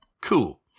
Cool